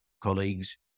colleagues